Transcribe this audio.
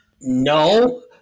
No